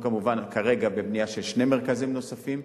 אנחנו כמובן כרגע בבנייה של שני מרכזים נוספים,